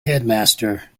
headmaster